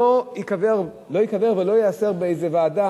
לא ייקבר ולא ייעצר באיזו ועדה.